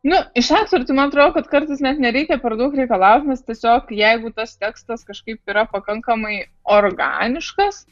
nu iš aktorių tai man atrodo kad kartais net nereikia per daug reikalauti nes tiesiog jeigu tas tekstas kažkaip yra pakankamai organiškas